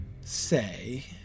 say